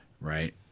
right